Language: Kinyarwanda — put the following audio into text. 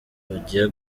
bagiye